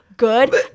good